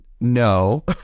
no